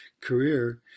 career